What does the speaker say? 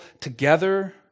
together